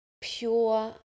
pure